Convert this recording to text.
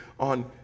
on